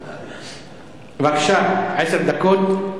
בבקשה, עד עשר דקות.